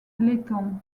letton